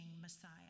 Messiah